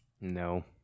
No